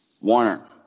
Warner